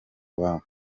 ababo